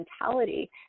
mentality